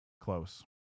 close